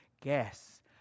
Guess